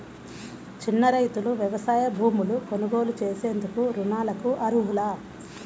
చిన్న రైతులు వ్యవసాయ భూములు కొనుగోలు చేసేందుకు రుణాలకు అర్హులా?